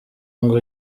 ngo